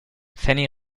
fanny